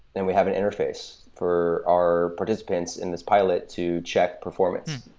then we have an interface for our participants in this pilot to check performance.